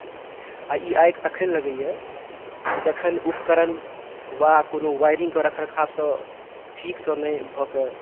आ ई आगि तखन लगैए जखन उपकरण वा कोनो वायरिंगके रख रखावसँ ठीकसँ नहि भऽ कऽ